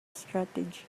strategy